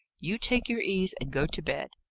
you take your ease, and go to bed.